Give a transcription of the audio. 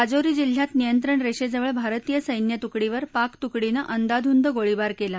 राजौरी जिल्ह्यात नियंत्रण रक्त्विवळ भारतीय सैन्यतुकडीवर पाक तुकडीन अंदाधुंद गोळीबार कलि